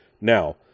Now